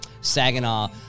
Saginaw